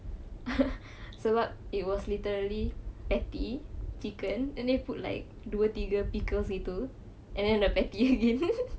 sebab it was literally patty chicken and then put like dua tiga pickles begitu and then the patty again